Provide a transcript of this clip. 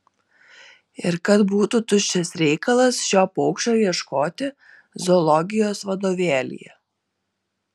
ir kad būtų tuščias reikalas šio paukščio ieškoti zoologijos vadovėlyje